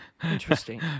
Interesting